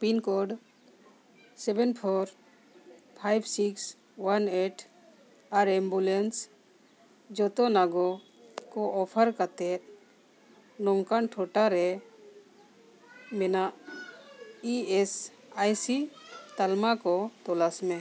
pin code seven four five six one eight ᱟᱨ ambulance ᱡᱚᱛᱚᱱᱟᱣ ᱠᱚ ᱚᱯᱷᱟᱨ ᱠᱟᱛᱮᱫ ᱱᱚᱝᱠᱟᱱ ᱴᱚᱴᱷᱟᱨᱮ ᱢᱮᱱᱟᱜ ᱤ ᱮᱥ ᱟᱭ ᱥᱤ ᱛᱟᱞᱢᱟ ᱠᱚ ᱛᱚᱞᱟᱥ ᱢᱮ